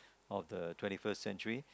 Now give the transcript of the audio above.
of the twenty first century